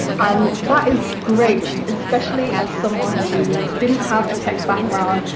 and that is great, especially as someone who didn't have a tech background,